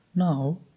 Now